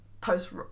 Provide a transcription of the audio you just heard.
post